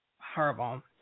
Horrible